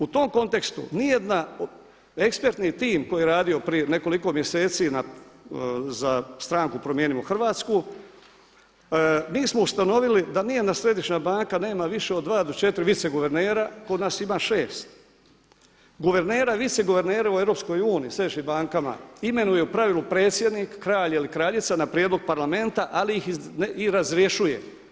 U tom kontekstu niti jedna, ekspertni tim koji je radio nekoliko mjeseci za stranku Promijenimo Hrvatsku, mi smo ustanovili da nijedna središnja banka nema više od 2 do 4 viceguvernera, kod nas ima 6. Guvernera, viceguvernera u EU, Središnjim bankama imenuje u pravilu predsjednik, kralj ili kraljica na prijedlog Parlamenta ali ih i razrješuje.